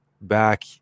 back